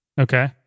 Okay